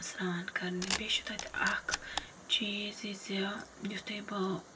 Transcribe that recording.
سران کَرنہِ بیٚیہِ چھُ تَتہِ اَکھ چیٖز زِ یُتھُے بہٕ